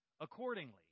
accordingly